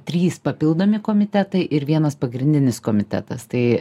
trys papildomi komitetai ir vienas pagrindinis komitetas tai